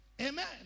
Amen